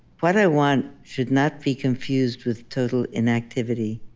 what i want should not be confused with total inactivity.